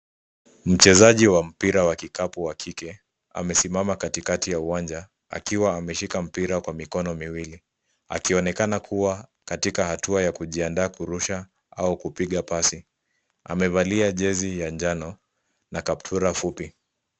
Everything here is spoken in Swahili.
Mchezaji wa mpira wa kikapu wa kike amesimama katikati ya uwanja akiwa ameshika mpira kwa mikono miwili akionekana kuwa katika hatua ya kujiandaa kurusha au kupiga pasi. Amevalia jezi ya njano na kaptura fupi.